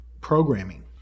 programming